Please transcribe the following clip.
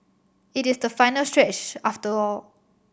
it is the final stretch after all